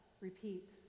repeat